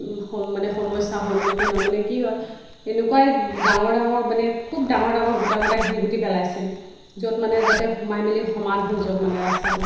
মানে সমস্যাৰ সন্মুখীন আৰু হয় মানে কি হয় এনেকুৱাই ডাঙৰ ডাঙৰ মানে খুব ডাঙৰ ডাঙৰ গোটা গোটা শিলগুটি পেলাইছিল য'ত মানে যাতে সোমাই মেলি সমান হৈ যাওক মানে ৰাস্তাটো